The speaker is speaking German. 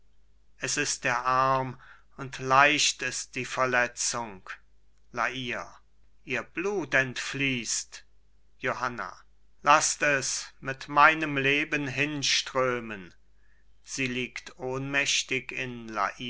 es ist der arm und leicht ist die verletzung la hire ihr blut fließt johanna laßt es mit meinem leben hinströmen sie liegt ohnmächtig in